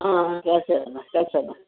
ಹಾಂ ಕೇಳಿಸ್ತದಮ್ಮ ಕೇಳ್ಸತ್ತಮ್ಮ